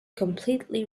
completely